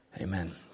Amen